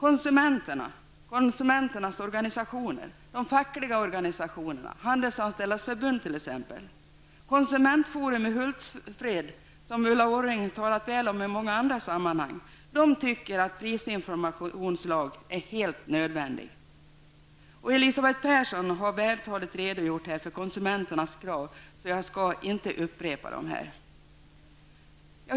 Hultsfred, som Ulla Orring har talat väl om i andra sammanhang, tycker att en prisinformationslag är helt nödvändig. Elisabeth Persson har vältaligt redogjort för konsumenternas krav, varför jag inte skall upprepa dem.